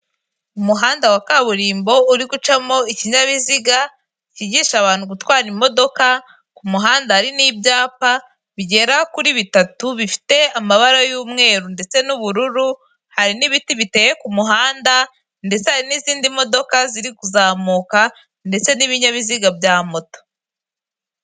Umuhanda wa kaburimbo uri gucamo ikinyabiziga, cyigisha abantu gutwara imodoka ku muhanda hari n'ibyapa bigera kuri bitatu bifite amabara y'umweru ndetse n'ubururu hari n'ibiti biteye ku muhanda, ndetse hari n'izindi modoka ziri kuzamuka ndetse n'ibinyabiziga bya moto.